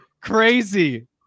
crazy